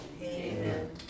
Amen